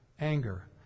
anger